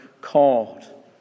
called